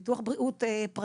ביטוח בריאות פרטי.